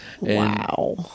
Wow